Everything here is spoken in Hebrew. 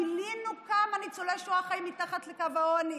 גילינו כמה ניצולי שואה חיים מתחת לקו העוני.